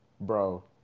bro